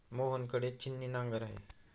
मोहन कडे छिन्नी नांगर आहे